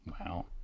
Wow